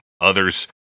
others